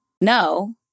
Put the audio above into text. no